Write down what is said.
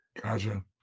Gotcha